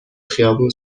خیابون